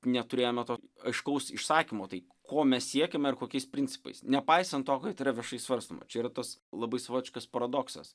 neturėjome to aiškaus išsakymo tai ko mes siekiame ar kokiais principais nepaisant to kad yra viešai svarstoma čia yra tas labai savotiškas paradoksas